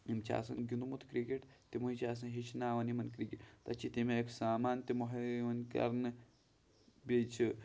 یِم چھِ آسان گیُٚنٛدمُت کِرٛکَٹ تِمَے چھِ آسان ہیٚچھناوان یِمَن کِرٛکَٹ تَتہِ چھِ تیٚمہِ آیُک سامان تہِ مہیا یِوان کَرنہٕ بیٚیہِ چھِ